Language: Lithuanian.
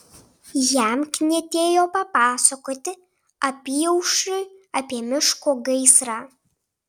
jam knietėjo papasakoti apyaušriui apie miško gaisrą